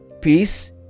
peace